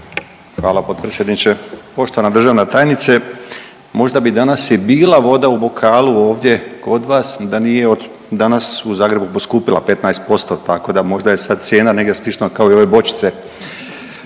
Hvala potpredsjedniče. Poštovana državna tajnice možda bi danas i bila voda u bokalu ovdje kod vas da nije od danas u Zagrebu postupila 15% tako da možda je sad cijena negdje slično kao i ove bočice.